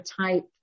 type